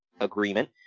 agreement